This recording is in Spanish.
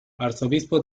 arzobispo